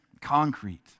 concrete